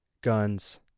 guns